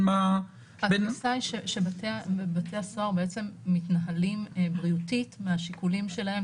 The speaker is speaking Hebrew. התפיסה היא שבתי הסוהר בעצם מתנהלים בריאותית מהשיקולים שלהם,